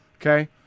Okay